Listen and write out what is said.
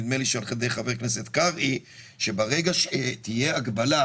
נדמה לי שעל ידי חבר הכנסת קרעי שברגע שתהיה הגבלה,